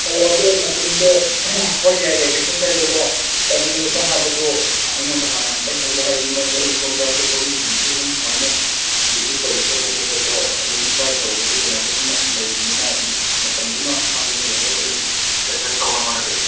ꯍꯣꯏ ꯑꯗꯣ ꯃꯇꯝꯗꯣ ꯍꯣꯏ ꯌꯥꯏ ꯌꯥꯏ ꯀꯩꯁꯨꯝ ꯀꯥꯏꯗꯦ ꯑꯗꯣ ꯀꯔꯤ ꯅꯨꯃꯤꯠꯅꯣ ꯍꯥꯏꯕꯗꯣ ꯑꯩꯉꯣꯟꯗ ꯍꯥꯟꯅ ꯑꯝꯇꯪ ꯍꯥꯏꯕꯤꯔꯛꯑꯣ ꯍꯥꯏꯗꯤ ꯃꯔꯝꯗꯤ ꯑꯩ ꯁꯣꯝꯗ ꯑꯇꯣꯞꯄ ꯃꯤꯁꯤꯡꯒꯤꯁꯨ ꯑꯗꯨꯝ ꯁꯨꯃꯥꯏꯅ ꯚꯤꯖꯤꯠ ꯇꯧꯕ ꯆꯠꯄ ꯈꯣꯠꯄꯀꯣ ꯑꯗꯨꯝ ꯒꯥꯏꯠ ꯇꯧꯕꯒꯤ ꯀꯩꯅꯣꯗꯨꯁꯨꯃ ꯂꯩꯕꯅꯤꯅ ꯑꯗꯨꯝ ꯃꯇꯝꯗꯨꯃ ꯑꯍꯥꯡꯕ ꯑꯃ ꯌꯦꯡꯉꯒ ꯑꯩ ꯑꯦꯖꯁ ꯇꯧꯅꯕ ꯍꯣꯠꯅꯖꯒꯦ